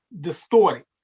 distorted